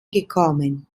gekommen